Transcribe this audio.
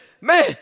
man